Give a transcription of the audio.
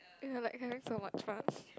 we are like having so much fun